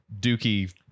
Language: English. dookie